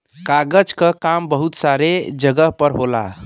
कागज क काम बहुत सारे जगह पर होला